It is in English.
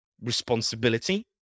responsibility